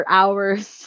hours